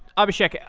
ah abhisheck, yeah